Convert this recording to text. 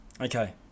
Okay